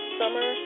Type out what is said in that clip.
summer